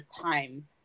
time